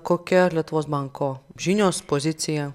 kokia lietuvos banko žinios pozicija